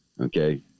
Okay